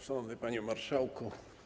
Szanowny Panie Marszałku!